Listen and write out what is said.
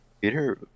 Peter